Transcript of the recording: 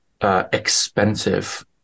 expensive